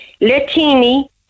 Latini